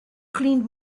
cleaned